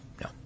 No